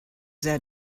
that